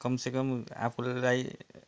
कमसेकम आफूलाई